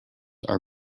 are